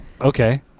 Okay